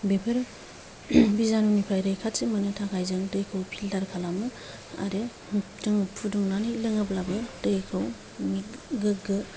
बेफोर बिजानुनिफ्राय रैखाथि मोननो जों दैखौ फिल्टार खालामो आरो जों फुदुंनानै लोङोब्लाबो दैखौ गोगो